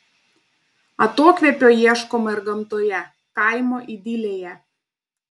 atokvėpio ieškoma ir gamtoje kaimo idilėje